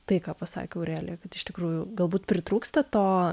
tai ką pasakė aurelija kad iš tikrųjų galbūt pritrūksta to